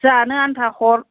जानो आनथा हर